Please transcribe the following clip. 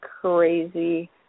crazy